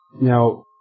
Now